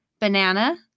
banana